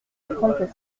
trente